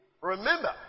Remember